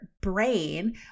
brain